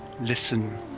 Listen